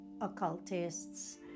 occultists